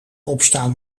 opstaan